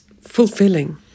fulfilling